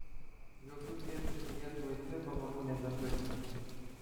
jokių priekaištų lietuvai fiba manau nebeturi